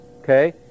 Okay